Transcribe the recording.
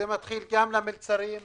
זה נוגע גם למלצרים,